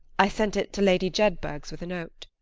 i sent it to lady jedburgh's with a note.